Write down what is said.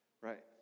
right